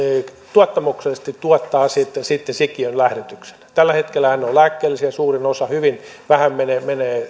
tuottamuksellisesti tuottaa sitten sitten sikiön lähdetyksen tällä hetkellähän ne ovat lääkkeellisiä suurin osa hyvin vähän menee